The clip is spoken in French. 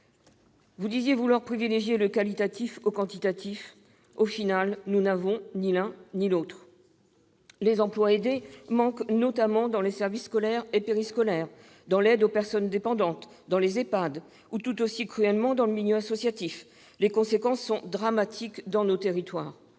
vous disiez vouloir privilégier le qualitatif par rapport au quantitatif. Au bout du compte, nous n'avons ni l'un ni l'autre. Les emplois aidés manquent notamment dans les services scolaires et périscolaires, dans l'aide aux personnes dépendantes, dans les EHPAD et, tout aussi cruellement, dans le milieu associatif. Les conséquences en sont dramatiques dans nos territoires.